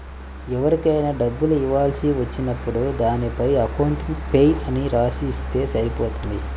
ఎవరికైనా డబ్బులు ఇవ్వాల్సి వచ్చినప్పుడు దానిపైన అకౌంట్ పేయీ అని రాసి ఇస్తే సరిపోతుంది